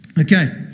Okay